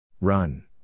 Run